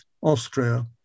Austria